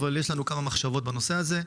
אבל יש לנו כמה מחשבות בנושא הזה.